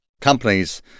companies